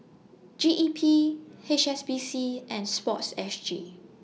G E P H S B C and Sports S G